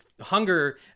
Hunger